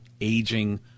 aging